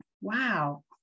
wow